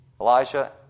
Elijah